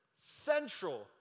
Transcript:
Central